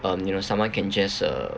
um you know someone can just uh